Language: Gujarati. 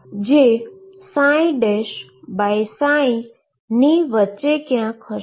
જે ને વચ્ચે ક્યાક હશે